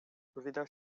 увидав